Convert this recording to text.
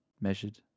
measured